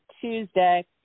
Tuesday